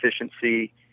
efficiency